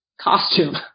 costume